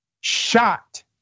shot